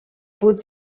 put